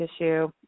issue